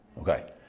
Okay